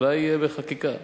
אולי בחקיקה.